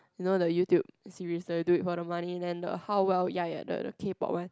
you know the YouTube series the dude for the money then the how well ya ya the K-Pop one